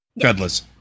Godless